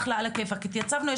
התייצבנו,